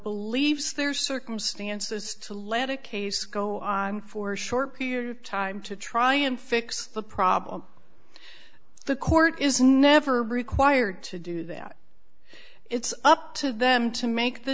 believes their circumstances to let a case go on for a short period of time to try and fix the problem the court is never required to do that it's up to them to make the